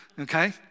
okay